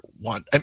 one